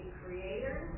creator